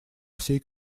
всей